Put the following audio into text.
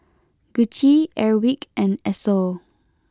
Gucci Airwick and Esso